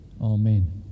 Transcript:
Amen